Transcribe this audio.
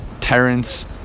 Terrence